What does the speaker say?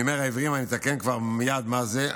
אני אומר "העבריים", ואני אסביר כבר, מייד, מה זה,